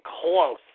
close